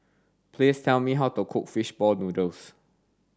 please tell me how to cook fish ball noodles